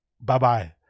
bye-bye